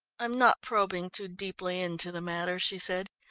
i'm not probing too deeply into the matter, she said.